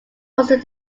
hosted